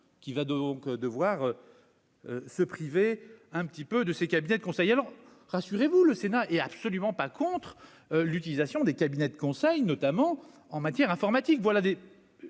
qui va donc devoir se priver un petit peu de ces cabinets de conseil alors rassurez-vous, le Sénat est absolument pas contre l'utilisation des cabinets de conseil, notamment en matière informatique,